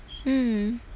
mm